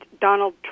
Donald